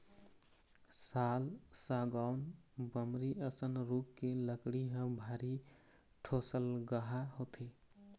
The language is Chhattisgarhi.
साल, सागौन, बमरी असन रूख के लकड़ी ह भारी ठोसलगहा होथे